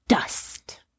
Dust